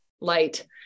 light